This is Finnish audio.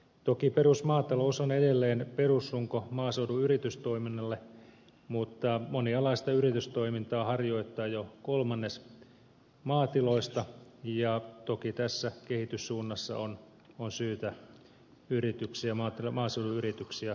toki perusmaatalous on edelleen perusrunko maaseudun yritystoiminnalle mutta monialaista yritystoimintaa harjoittaa jo kolmannes maatiloista ja toki tähän kehityssuuntaan on syytä maaseudun yrityksiä kannustaa